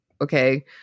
okay